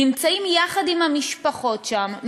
נמצאים יחד עם המשפחות שם,